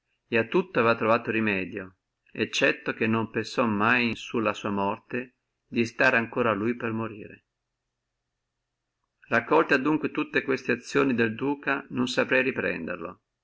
et a tutto aveva trovato remedio eccetto che non pensò mai in su la sua morte di stare ancora lui per morire raccolte io adunque tutte le azioni del duca non saprei riprenderlo